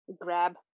grab